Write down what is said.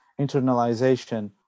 internalization